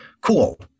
cool